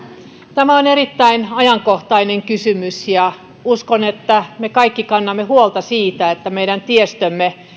tämä on erittäin ajankohtainen kysymys ja uskon että me kaikki kannamme huolta siitä että meidän tiestömme